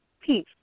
peace